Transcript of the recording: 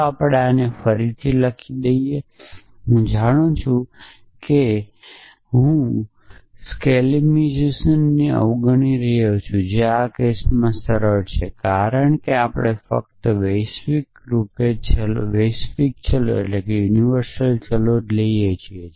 ચાલો આપણે આને ફરીથી લખી દઈએ કે તમે જાણો છો કે હું સ્ક્લેમિઇઝેશનમાં અવગણી રહ્યો છું જે આ કેસોમાં સરળ છે કારણ કે આપણે ફક્ત વૈશ્વિક રૂપે માત્ર ચલો જ જોઇયે છીએ